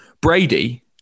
Brady